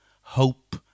hope